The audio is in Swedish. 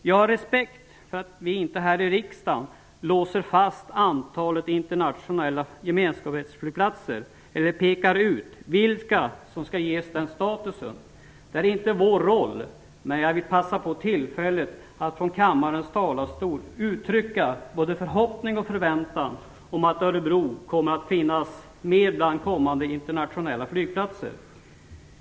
Jag har respekt för att vi inte här i riksdagen låser fast antalet internationella gemenskapsflygplatser eller pekar ut vilka som skall ges denna status. Det är inte vår roll, men jag vill passa på tillfället att från kammarens talarstol uttrycka både förhoppning och förväntan om att Örebro kommer att finnas med bland kommande internationella flygplatser.